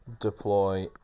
deploy